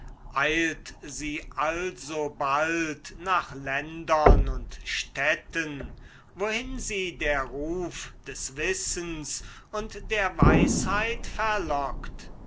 eilt sie alsobald nach ländern und städten wohin sie der ruf des wissens und der weisheit verlockt